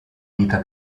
vita